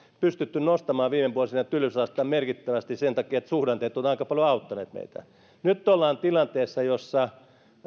pystyneet nostamaan viime vuosina työllisyysastetta merkittävästi sen takia että suhdanteet ovat aika paljon auttaneet meitä nyt ollaan tilanteessa jossa